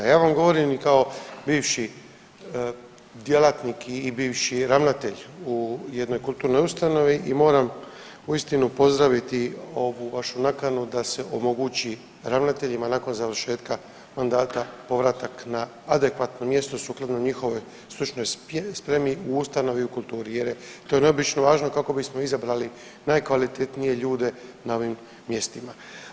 Ja vam govorim i kao bivši djelatnik i bivši ravnatelj u jednoj kulturnoj ustanovi i moram uistinu pozdraviti ovu vašu nakanu da se omogući ravnateljima nakon završetka mandata povratak na adekvatno mjesto sukladno njihovoj stručnoj spremi u ustanovi u kulturi jer je to neobično važno kako bismo izabrali najkvalitetnije ljude na ovim mjestima.